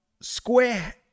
Square